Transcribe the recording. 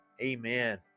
amen